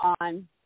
on